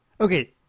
Okay